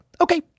okay